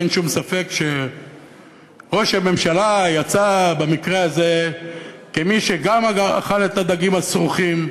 אין שום ספק שראש הממשלה יצא במקרה הזה כמי שגם אכל את הדגים הסרוחים,